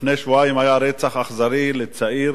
לפני שבועיים היה רצח אכזרי של צעיר